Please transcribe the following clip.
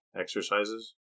exercises